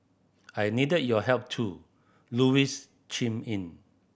I needed your help too Louise chimed in